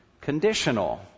conditional